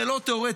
זה לא תיאורטי,